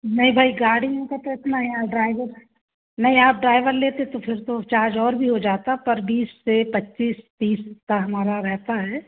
नहीं भाई गाड़ियों का तो इतना यहाँ ड्राइवर नही आप ड्राइवर लेते तो फिर तो चार्ज और भी हो जाता पर बीस से पच्चीस तीस इतना हमारा रहता है